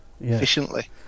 efficiently